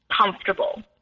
comfortable